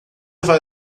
vai